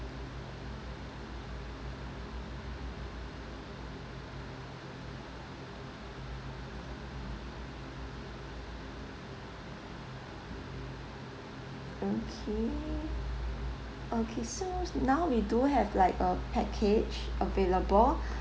okay okay so now we have like a package available